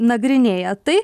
nagrinėja tai